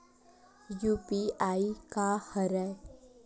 UPI का हरय?